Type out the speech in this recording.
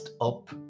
up